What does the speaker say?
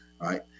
right